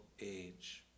age